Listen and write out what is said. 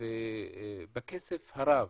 ובכסף הרב